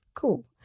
cool